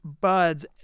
Buds